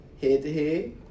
head-to-head